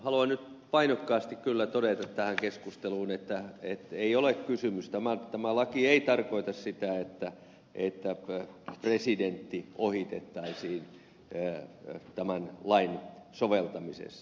haluan nyt painokkaasti kyllä todeta tähän keskusteluun että ei ole kysymys siitä tämä laki ei tarkoita sitä että presidentti ohitettaisiin tämän lain soveltamisessa